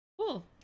cool